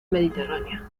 mediterránea